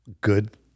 good